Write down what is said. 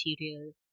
material